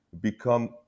become